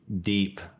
deep